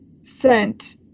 sent